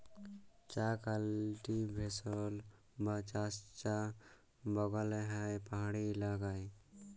চাঁ কাল্টিভেশল বা চাষ চাঁ বাগালে হ্যয় পাহাড়ি ইলাকায়